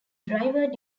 driver